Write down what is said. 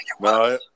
No